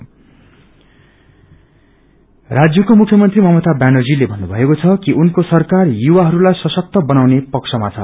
CM youth राज्यको मुख्यमंत्री ममता व्यानर्जीले भन्नुभएको छ कि उनको सराकार युवाहरूलाई सशक्त गनाउने पक्षमा छ